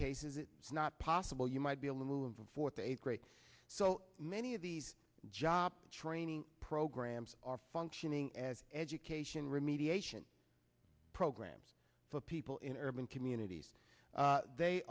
cases it's not possible you might be able to move them forth a great so many of these job training programs are functioning as education remediation programs for people in urban communities they